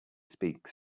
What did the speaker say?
speak